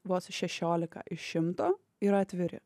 vos šešiolika iš šimto yra atviri